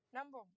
Number